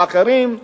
ואחרים,